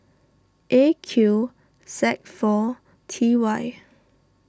A Q Z four T Y